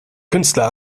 künstler